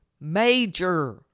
major